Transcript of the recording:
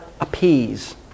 appease